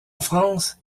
france